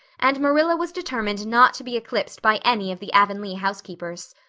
and marilla was determined not to be eclipsed by any of the avonlea housekeepers.